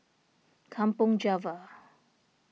Kampong Java